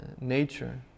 nature